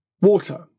Water